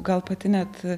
gal pati net